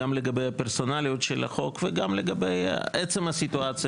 גם לגבי הפרסונליות של החוק וגם לגבי עצם הסיטואציה,